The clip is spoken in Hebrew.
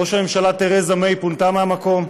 וראש הממשלה תרזה מיי פונתה מהמקום.